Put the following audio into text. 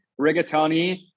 rigatoni